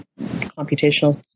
computational